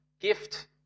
gift